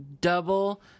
double